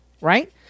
right